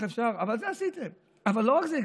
את זה עשיתם, אבל לא רק זה.